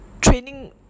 training